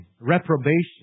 reprobation